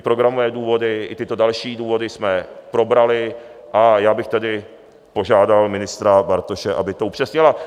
Programové důvody i tyto další důvody jsme probrali, a já bych tedy požádal ministra Bartoše, aby to upřesnil.